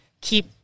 keep